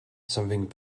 something